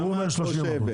כמה את חושבת?